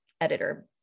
editor